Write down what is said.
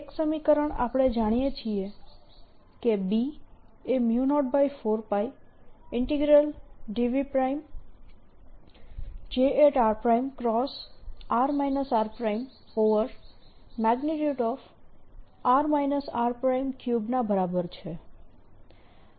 એક સમીકરણ આપણે જાણીએ છીએ કે B એ 04πdVJ r×r rr r3 ના બરાબર છે